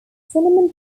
cinnamon